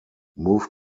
moved